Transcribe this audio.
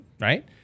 right